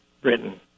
Britain